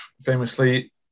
famously